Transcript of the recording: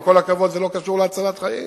עם כל הכבוד, זה לא קשור להצלת חיים.